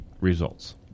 results